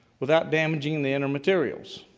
without damaging the inner materials.